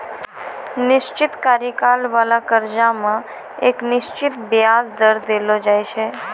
निश्चित कार्यकाल बाला कर्जा मे एक निश्चित बियाज दर देलो जाय छै